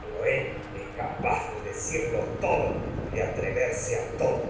pero él a capaz todo de atreverse todo